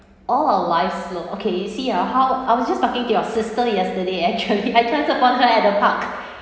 all our lives look okay see ah how I was just talking to your sister yesterday actually I chance upon her at a park